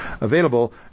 available